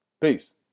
Peace